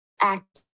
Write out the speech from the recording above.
act